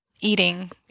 eating